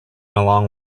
along